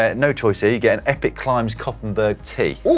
ah no choice here, you get an epic climb koppenberg tee.